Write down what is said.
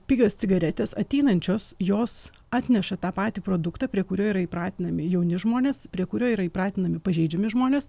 pigios cigaretės ateinančios jos atneša tą patį produktą prie kurio yra įpratinami jauni žmonės prie kurio yra įpratinami pažeidžiami žmonės